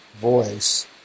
voice